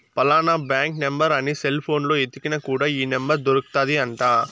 ఫలానా bank number అని cell పోనులో ఎతికిన కూడా ఈ నెంబర్ దొరుకుతాది అంట